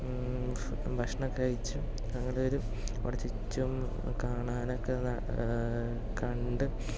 ഭക്ഷണം കഴിച്ച് അങ്ങനെ ഒരു കുറച്ച് കാണാനൊക്കെ കണ്ട്